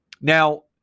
Now